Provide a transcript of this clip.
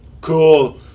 cool